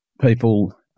people